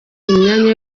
imyanya